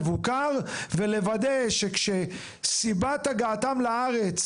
לעשות את זה באופן מבוקר ולוודא שכשסיבת הגעתם לארץ,